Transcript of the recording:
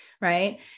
right